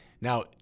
Now